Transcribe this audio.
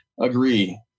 agree